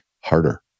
harder